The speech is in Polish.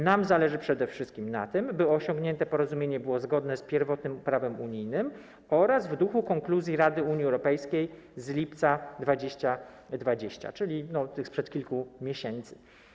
Nam zależy przede wszystkim na tym, by osiągnięte porozumienie było zgodne z pierwotnym prawem unijnym oraz w duchu konkluzji Rady Unii Europejskiej z lipca 2020 r., czyli tych sprzed kilku miesięcy.